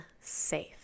safe